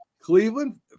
Cleveland